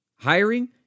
Hiring